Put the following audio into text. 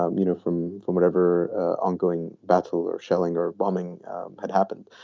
um you know, from from whatever ongoing battle or shelling or bombing had happened.